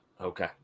Okay